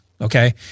okay